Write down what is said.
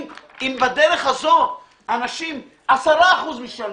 אם בדרך הזאת 10% מהאנשים ישלמו,